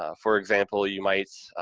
ah for example, you might,